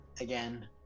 again